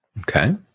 Okay